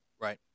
Right